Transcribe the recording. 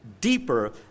deeper